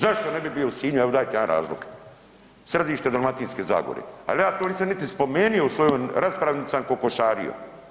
Zašto ne bi bio u Sinju evo dajte jedan razlog, središte Dalmatinske zagore, ali ja to nisam niti spomenio u svojoj raspravi niti sam kokošario.